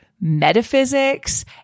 metaphysics